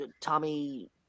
Tommy